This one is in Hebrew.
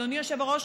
אדוני היושב-ראש,